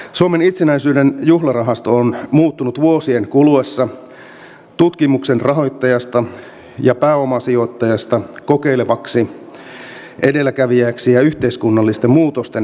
suomen itsenäisyyden juhlarahasto on muuttunut vuosien kuluessa tutkimuksen rahoittajasta ja pääomasijoittajasta kokeilevaksi edelläkävijäksi ja yhteiskunnallisten muutosten vauhdittajaksi